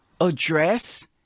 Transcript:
address